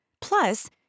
Plus